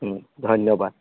ধন্যবাদ